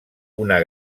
una